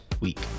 week